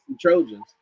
trojans